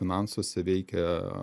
finansuose veikia